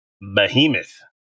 Behemoth